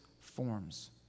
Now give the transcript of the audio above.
forms